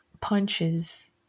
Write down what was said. punches